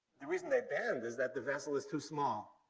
the reason they bend is that the vessel is too small.